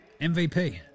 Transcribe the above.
MVP